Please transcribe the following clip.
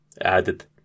Added